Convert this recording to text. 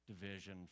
division